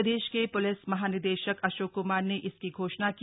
प्रदेश के पुलिस महानिदेशक अशोक क्मार ने इसकी घोषणा की